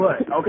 okay